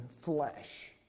flesh